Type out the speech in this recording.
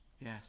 Yes